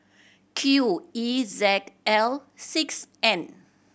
Q E Z L six N